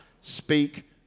speak